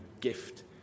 gift